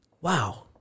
wow